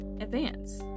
advance